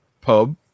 pub